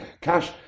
Cash